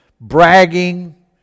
bragging